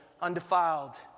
undefiled